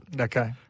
Okay